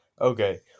Okay